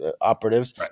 operatives